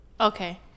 Okay